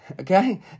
Okay